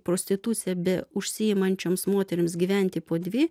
prostitucija beužsiimančioms moterims gyventi po dvi